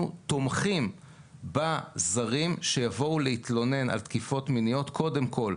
תומכים בעובדים ובעובדות הזרים שיבואו להתלונן על תקיפות מיניות" קודם כל.